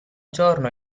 giorno